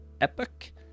epic